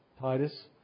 Titus